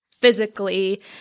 physically